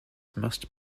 must